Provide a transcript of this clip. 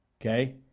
Okay